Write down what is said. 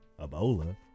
Ebola